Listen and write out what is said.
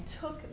took